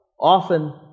Often